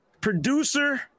producer